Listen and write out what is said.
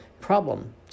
problem